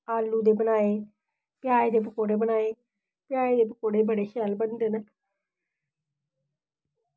आलू दे बनाये प्याज दे पकौड़े बनाये प्याज दे पकौड़े बड़े शैल बनदे न